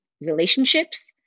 relationships